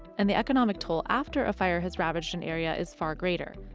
and the economic toll after a fire has ravaged an area is far greater.